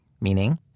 meaning